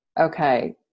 okay